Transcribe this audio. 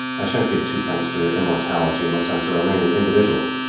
i shan't give twopence for your immortality unless i'm to remain an individual.